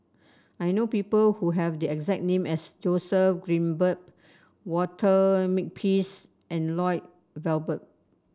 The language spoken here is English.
I know people who have the exact name as Joseph Grimberg Walter Makepeace and Lloyd Valberg